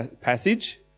passage